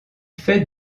fait